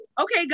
Okay